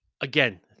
again